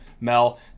Mel